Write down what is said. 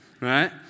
right